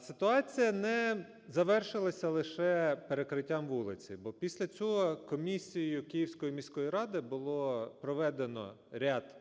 Ситуація не завершилася лише перекриттям вулиці, бо після цього комісію Київської міської ради було проведено ряд